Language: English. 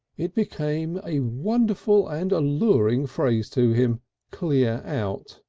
it became a wonderful and alluring phrase to him clear out!